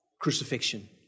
crucifixion